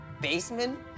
Basement